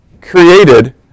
created